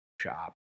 shop